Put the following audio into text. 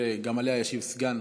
שגם עליה ישיב סגן